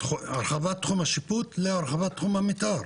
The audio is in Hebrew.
הרחבת תחום השיפוט להרחבת תחום המתאר,